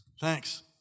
Thanks